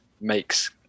makes